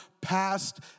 past